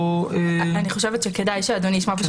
אני חושבת שכדאי שאדוני ישמע פשוט